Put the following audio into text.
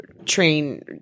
train